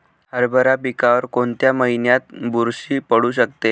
हरभरा पिकावर कोणत्या महिन्यात बुरशी पडू शकते?